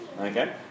Okay